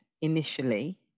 initially